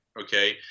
Okay